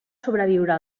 sobreviure